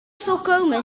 volkomen